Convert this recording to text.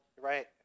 right